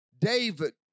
David